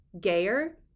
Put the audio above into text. gayer